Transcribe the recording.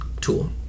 tool